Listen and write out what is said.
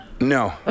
No